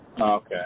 Okay